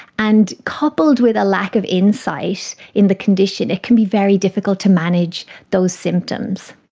and coupled with a lack of insight in the condition it can be very difficult to manage those symptoms.